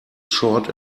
short